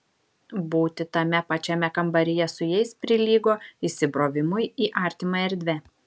būti tame pačiame kambaryje su jais prilygo įsibrovimui į artimą erdvę